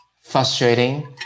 frustrating